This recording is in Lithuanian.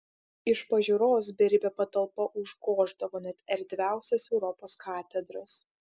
iš pažiūros beribė patalpa užgoždavo net erdviausias europos katedras